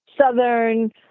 Southern